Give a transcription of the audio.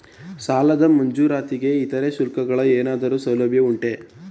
ಸಾಲದ ಮಂಜೂರಾತಿಗೆ ಇತರೆ ಶುಲ್ಕಗಳ ಏನಾದರೂ ಸೌಲಭ್ಯ ಉಂಟೆ?